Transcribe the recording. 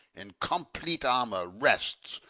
in complete armour, rest,